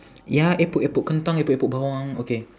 ya epok epok kentang epok epok bawang okay